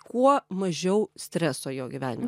kuo mažiau streso jo gyvenime